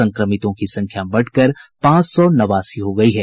संक्रमितों की संख्या बढ़कर पांच सौ नवासी हो गयी है